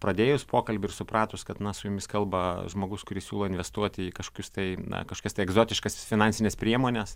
pradėjus pokalbį ir supratus kad na su jumis kalba žmogus kuris siūlo investuoti į kažkokius tai na kažkas tai egzotiškasis finansines priemones